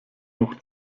noch